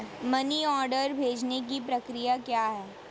Money order भेजने की प्रक्रिया क्या है?